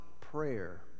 Prayer